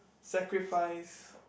sacrifice